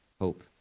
hope